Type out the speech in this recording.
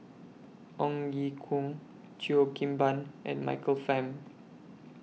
Ong Ye Kung Cheo Kim Ban and Michael Fam